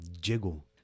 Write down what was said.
jiggle